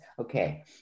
Okay